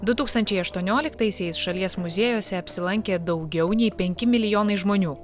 du tūkstančiai aštuonioliktaisiais šalies muziejuose apsilankė daugiau nei penki milijonai žmonių